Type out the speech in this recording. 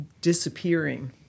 disappearing